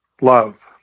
Love